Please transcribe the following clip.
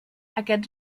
aquest